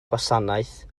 gwasanaeth